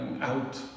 out